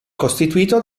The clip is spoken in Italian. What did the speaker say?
costituito